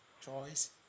choice